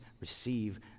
receive